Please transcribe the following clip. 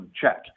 check